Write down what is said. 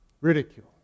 ridicule